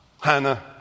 Hannah